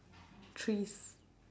trees